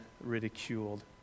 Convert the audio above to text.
ridiculed